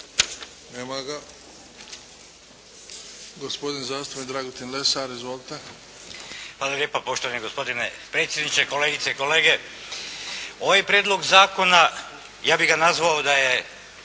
Lesar. Izvolite. **Lesar, Dragutin (Nezavisni)** Hvala lijepa poštovani gospodine predsjedniče, kolegice i kolege. Ovaj prijedlog zakona, ja bih ga nazvao da je